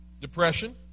Depression